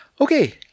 Okay